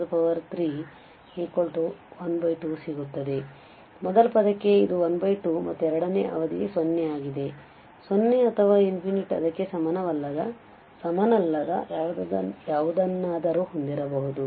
ಆದ್ದರಿಂದ ಮೊದಲ ಪದಕ್ಕೆ ಇದು 12 ಮತ್ತು ಎರಡನೇ ಅವಧಿ 0 ಆಗಿದೆ 0 ಅಥವಾ ಅದಕ್ಕೆ ಸಮನಲ್ಲದ ಯಾವುದನ್ನಾದರೂ ಹೊಂದಿರಬಹುದು